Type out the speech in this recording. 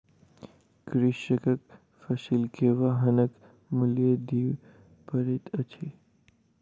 कृषकक फसिल के वाहनक मूल्य दिअ पड़ैत अछि